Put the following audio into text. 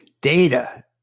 data